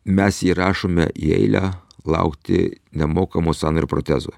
mes jį rašome į eilę laukti nemokamo sąnario protezo